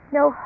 no